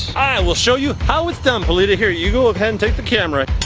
will show you how it's done, perlita. here you go ahead and take the camera.